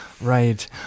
Right